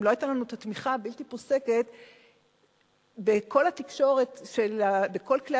לא היתה לנו התמיכה הבלתי-פוסקת בכל כלי התקשורת של המדינה.